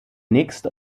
nächste